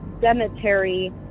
cemetery